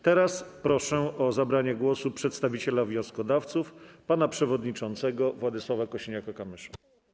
Teraz proszę o zabranie głosu przedstawiciela wnioskodawców pana przewodniczącego Władysława Kosiniaka-Kamysza.